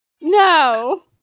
No